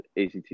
ACT